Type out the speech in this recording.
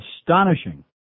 astonishing